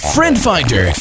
FriendFinder